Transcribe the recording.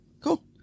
Cool